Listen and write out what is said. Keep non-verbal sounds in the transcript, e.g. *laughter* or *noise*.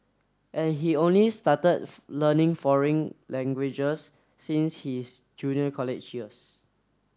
and he only started *unintelligible* learning foreign languages since his junior college years